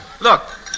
Look